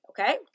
Okay